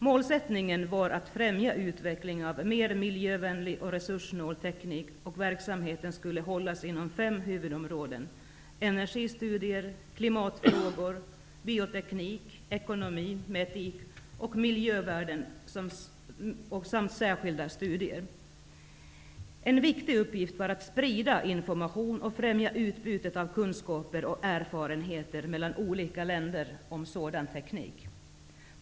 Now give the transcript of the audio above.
Målsättningen var att främja utvecklingen av mer miljövänlig och resurssnål teknik, och verksamheten skulle hållas inom fem huvudområden: energistudier, klimatfrågor, bioteknik, ekonomi med etik och miljövärden samt särskilda studier. En viktig uppgift var att sprida information och främja utbytet av kunskaper och erfarenheter mellan olika länder om sådan teknik.